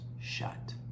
shut